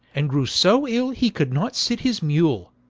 and grew so ill he could not sit his mule